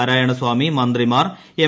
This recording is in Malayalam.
നാരായണ സ്വാമി മന്ത്രിമാർ എം